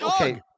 Okay